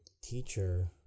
teacher